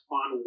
on